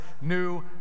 new